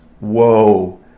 Whoa